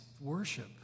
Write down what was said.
worship